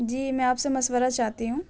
جی میں آپ سے مشورہ چاہتی ہوں